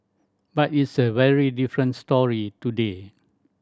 but it's a very different story today